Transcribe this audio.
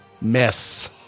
Miss